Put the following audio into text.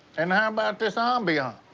and how about this ah ambiance?